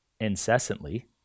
incessantly